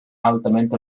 altament